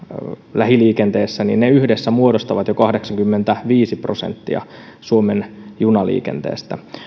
lähiliikenteessä yhdessä muodostaa jo kahdeksankymmentäviisi prosenttia suomen junaliikenteestä